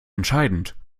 entscheidend